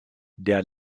der